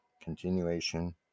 Continuation